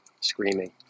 screaming